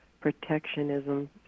protectionism